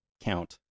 count